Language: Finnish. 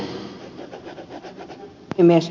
arvoisa puhemies